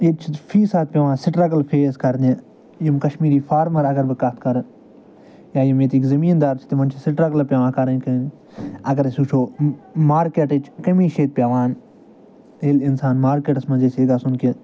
ییٚتہِ چھِ فی ساتہٕ پٮ۪وان سٕٹرَگٕل فیس کرنہِ یِم کَشمیٖری فارمَر اَگر بہٕ کَتھ کَرٕ یا یِم ییٚتِکۍ زٔمیٖندار چھِ تِمَن چھِ سٕٹرَگل پٮ۪وان کَرٕنۍ اَگر أسۍ وٕچھو مارکٮ۪ٹٕچ کٔمی چھِ ییٚتہِ پٮ۪وان ییٚلہِ اِنسان مارکٮ۪ٹَس منٛز یَژھے گژھُن کہِ